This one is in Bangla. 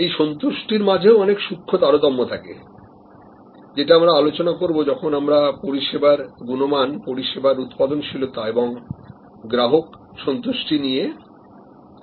এই সন্তষ্টির মাঝেও অনেক সূক্ষ্ম তারতম্য আছে সেটা আমরা আলোচনা করব যখন আমরা পরিষেবার গুণমান পরিষেবার উৎপাদনশীলতা এবং গ্রাহক সন্তুষ্টি নিয়ে আলোচনা করব